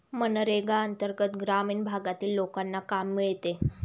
मनरेगा अंतर्गत ग्रामीण भागातील लोकांना काम मिळते